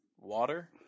water